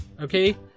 Okay